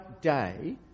day